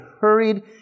hurried